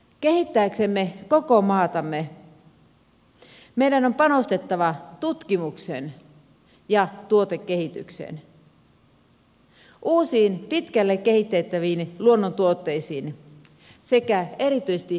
kehittääksemme koko maatamme meidän on panostettava tutkimukseen ja tuotekehitykseen uusiin pitkälle kehitettäviin luonnontuotteisiin sekä erityisesti vientimarkkinoiden kehittämiseen